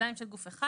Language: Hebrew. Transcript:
בידיים של גוף אחד